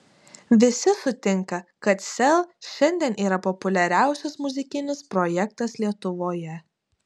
visi sutinka kad sel šiandien yra populiariausias muzikinis projektas lietuvoje